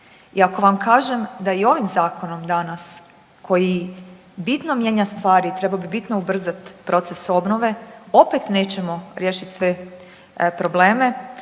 I ako vam kažem da i ovim zakonom danas koji bitno mijenja stvari trebao bi bitno ubrzati proces obnove opet nećemo riješiti sve probleme.